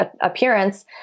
appearance